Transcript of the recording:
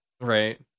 Right